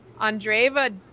Andreva